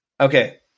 Okay